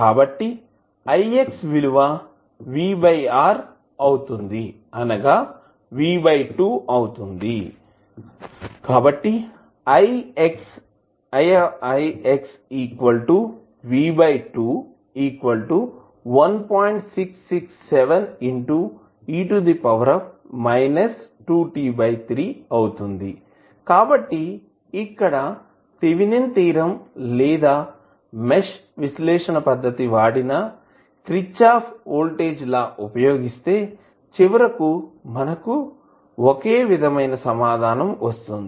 కాబట్టి ix విలువ VR అవుతుంది అనగా V2 అవుతుందికాబట్టి ఇక్కడ థేవినిన్ థీరం లేదా మెష్ విశ్లేషణ పద్దతి వాడిన క్రిచ్చాఫ్ వోల్టేజ్ లా ఉపయోగిస్తే చివరకు ఒకే విధమైన సమాధానం వస్తుంది